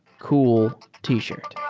cool t-shirt